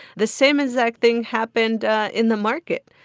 the same exact thing happened in the market.